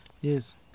Yes